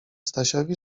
stasiowi